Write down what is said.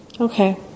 Okay